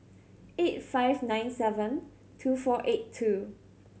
eight five nine seven two four eight two